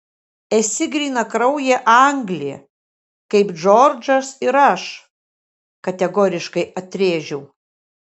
esi grynakraujė anglė kaip džordžas ir aš kategoriškai atrėžiau